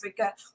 Africa